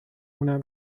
اونم